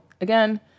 again